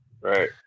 Right